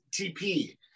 TP